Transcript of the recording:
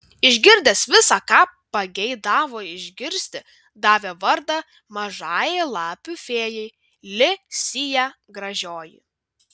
išgirdęs visa ką pageidavo išgirsti davė vardą mažajai lapių fėjai li sija gražioji